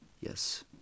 Yes